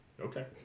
Okay